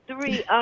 Three